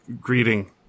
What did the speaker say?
greeting